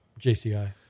JCI